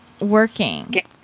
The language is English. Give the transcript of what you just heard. working